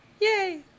yay